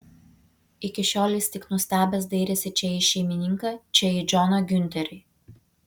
iki šiol jis tik nustebęs dairėsi čia į šeimininką čia į džoną giunterį